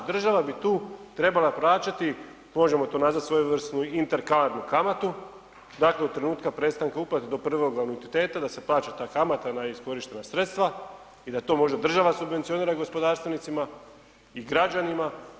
Država bi tu trebala plaćati možemo to nazvati svojevrsnu interkalarnu kamatu dakle od trenutka prestanka uplate do prvog anuiteta da se plaća ta kamata na iskorištena sredstva i da to možda država subvencionira gospodarstvenicima i građanima.